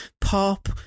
pop